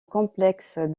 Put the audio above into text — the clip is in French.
complexe